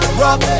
rock